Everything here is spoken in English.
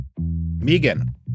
Megan